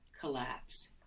collapse